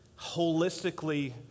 holistically